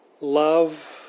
love